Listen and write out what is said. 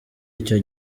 icyo